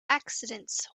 accidents